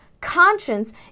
conscience